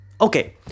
Okay